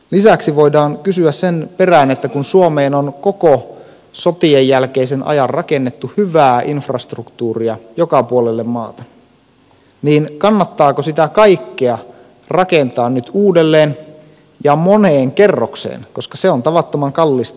lisäksi voidaan kysyä sen perään kun suomeen on koko sotien jälkeisen ajan rakennettu hyvää infrastruktuuria joka puolelle maata kannattaako sitä kaikkea rakentaa nyt uudelleen ja moneen kerrokseen koska se on tavattoman kallista